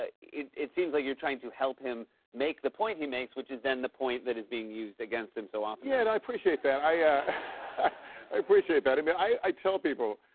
ah it it seems like you're trying to help him make the point he makes, which is then the point that is being used against him so often. yeah, and i appreciate that. i i appreciate that. i mean, i tell people,